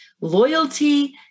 loyalty